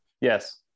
Yes